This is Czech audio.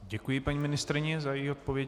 Děkuji paní ministryni za její odpověď.